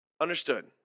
Understood